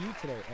today